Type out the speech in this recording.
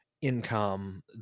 income